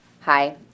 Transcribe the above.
Hi